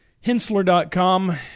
hensler.com